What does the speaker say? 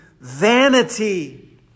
vanity